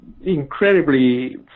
incredibly